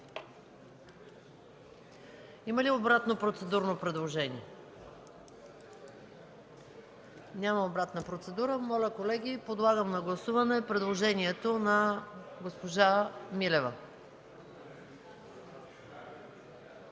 Има ли обратно процедурно предложение? Няма обратна процедура. Моля, колеги, подлагам на гласуване предложението на госпожа Милева.